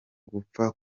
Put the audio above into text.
gupfa